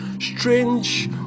strange